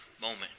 moment